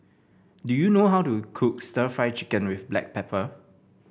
do you know how to cook stir Fry Chicken with Black Pepper